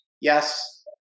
yes